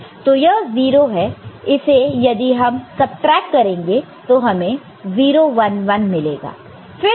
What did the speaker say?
तो यह 0 है इसे यदि हम सबट्रैक्ट करें तो हमें 0 1 1 मिलेगा